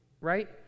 right